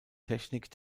techniken